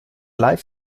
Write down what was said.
live